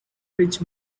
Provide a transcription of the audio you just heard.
rich